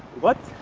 what?